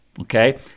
Okay